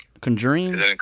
Conjuring